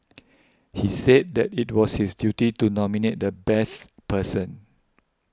he said that it was his duty to nominate the best person